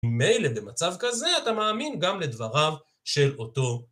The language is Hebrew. ממילא במצב כזה, אתה מאמין גם לדבריו של אותו.